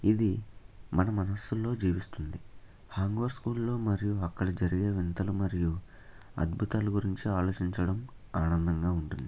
ఇది మన మనస్సుల్లో జీవిస్తుంది హాంగోస్ స్కూల్లో మరియు అక్కడ జరిగే వింతలు మరియు అద్భుతాల గురించి ఆలోచించడం ఆనందంగా ఉంటుంది